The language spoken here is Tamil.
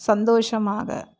சந்தோஷமாக